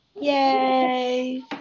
Yay